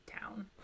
town